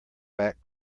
back